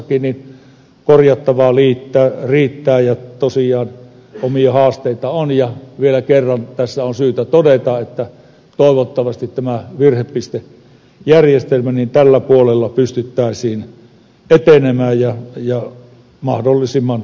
varmaan jatkossakin korjattavaa riittää ja tosiaan omia haasteita on ja vielä kerran tässä on syytä todeta että toivottavasti tämän virhepistejärjestelmän puolella pystyttäisiin etenemään ja mahdollisimman nopeasti